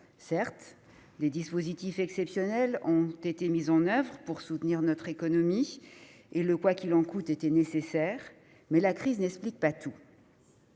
certes, des dispositifs exceptionnels ont été mis en oeuvre pour soutenir notre économie, et le « quoi qu'il en coûte » était nécessaire, mais la crise n'explique pas tout.